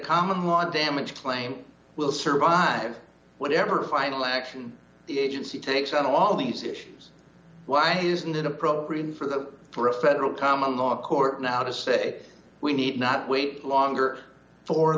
common law damage claim will survive whatever final action the agency takes on all these issues why isn't it appropriate for them for a federal common law court now to say we need not wait longer for